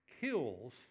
kills